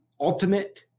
ultimate